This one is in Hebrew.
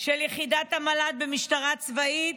של יחידת הימל"ת במשטרה הצבאית.